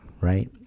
Right